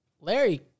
Larry